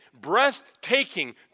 breathtaking